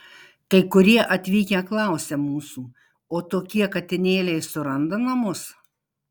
kai kurie atvykę klausia mūsų o tokie katinėliai suranda namus